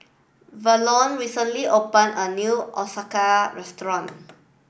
Verlon recently opened a new Ochazuke Restaurant